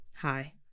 Hi